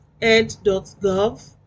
ed.gov